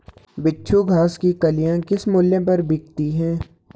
बिच्छू घास की कलियां किस मूल्य पर बिकती हैं?